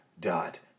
dot